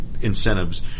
incentives